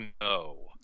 no